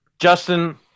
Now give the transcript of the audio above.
Justin